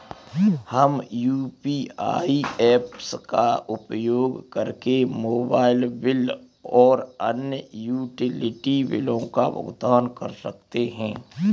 हम UPI apps का उपयोग करके मोबाइल बिल और अन्य यूटिलिटी बिलों का भुगतान कर सकते हैं